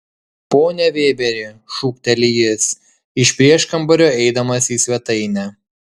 pone vėberi šūkteli jis iš prieškambario eidamas į svetainę